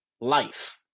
life